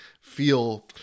feel